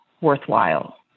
worthwhile